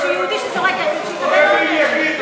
שיהודי שזורק אבן, שיקבל עונש.